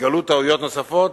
התגלו טעויות נוספות,